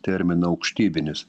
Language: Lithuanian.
terminą aukštybinis